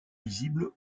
visible